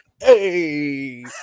hey